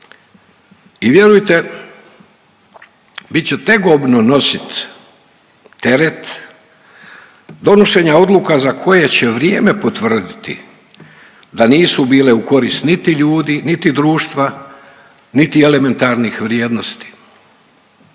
i vjerujte bit će tegobno nositi teret donošenja odluka za koje će vrijeme potvrditi da nisu bile u korist niti ljudi, niti društva, niti elementarnih vrijednosti.